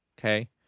Okay